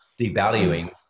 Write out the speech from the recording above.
devaluing